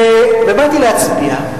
ובאתי להצביע.